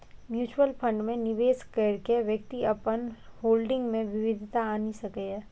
mutual fund मे निवेश कैर के व्यक्ति अपन होल्डिंग मे विविधता आनि सकैए